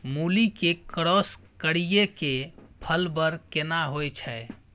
मूली के क्रॉस करिये के फल बर केना होय छै?